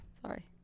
sorry